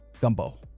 Gumbo